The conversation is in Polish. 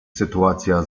sytuacja